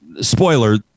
Spoiler